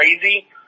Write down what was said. crazy